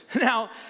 Now